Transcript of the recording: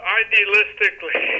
idealistically